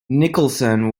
nicholson